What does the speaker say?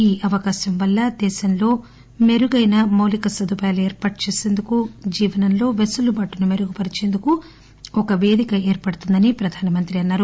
ఈ అవకాశం వల్ల దేశంలో మెరుగైన మౌలిక సదుపాయాలు ఏర్పాటు చేసేందుకు జీవనంలో పెసులుబాటును మెరుగుపరిచేందుకు ఒక పేదిక ఏర్పడుతుందని ప్రధానమంత్రి అన్నారు